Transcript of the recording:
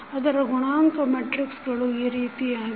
ಅದರ ಗುಣಾಂಕ ಮೆಟ್ರಿಕ್ಸಗಳು ಈ ರೀತಿಯಾಗಿವೆ